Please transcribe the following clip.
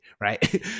right